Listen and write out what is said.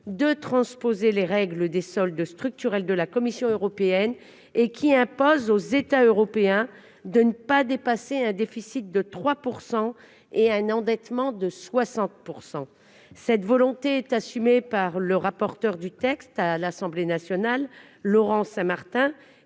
de transposer les règles des soldes structurels de la Commission européenne, lesquelles imposent aux États européens de ne pas dépasser un déficit de 3 % et un taux d'endettement de 60 %. Cette volonté est assumée par le rapporteur du texte à l'Assemblée nationale, Laurent Saint-Martin.